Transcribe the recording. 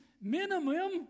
minimum